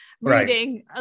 reading